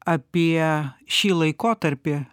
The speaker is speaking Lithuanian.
apie šį laikotarpį